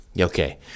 Okay